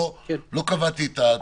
לא קבעתי את התחזית ואת התוצאה.